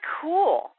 cool